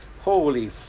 holy